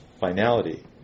finality